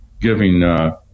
giving –